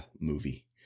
movie